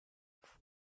there